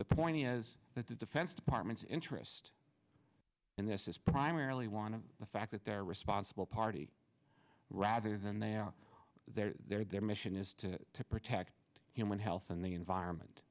the point is that the defense department's interest in this is primarily one of the fact that they're responsible party rather than they are there their mission is to protect human health and the environment